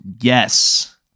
Yes